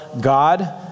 God